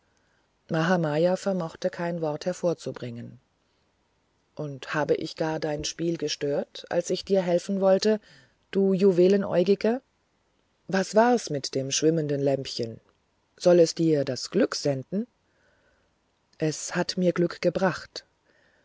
mahamaya vermochte kein wort hervorzubringen und habe ich gar dein spiel gestört als ich dir helfen wollte du juweläugige was war's mit dem schwimmenden lämpchen soll es dir das glück senden es hat mir das glück gebracht